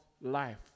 life